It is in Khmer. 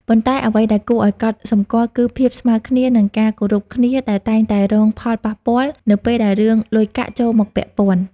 ប៉ុន្តែ អ្វីដែលគួរឲ្យកត់សម្គាល់គឺ ភាពស្មើគ្នា និងការគោរពគ្នាតែងតែរងផលប៉ះពាល់ នៅពេលដែលរឿងលុយកាក់ចូលមកពាក់ព័ន្ធ។